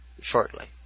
shortly